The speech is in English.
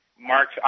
Mark